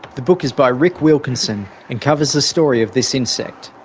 the book is by rick wilkinson and covers the story of this insect.